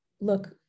look